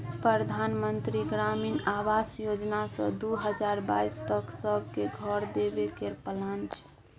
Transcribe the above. परधान मन्त्री ग्रामीण आबास योजना सँ दु हजार बाइस तक सब केँ घर देबे केर प्लान छै